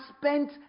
spent